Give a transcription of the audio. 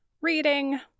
reading